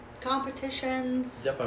competitions